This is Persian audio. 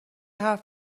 حرف